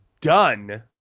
done